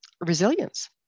resilience